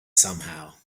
somehow